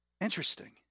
Interesting